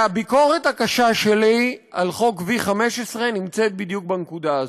והביקורת הקשה שלי על חוק V15 נמצאת בדיוק בנקודה הזאת.